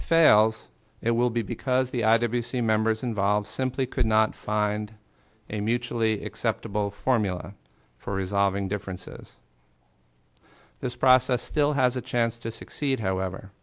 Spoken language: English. it fails it will be because the i w c members involved simply could not find a mutually acceptable formula for resolving differences this process still has a chance to succeed however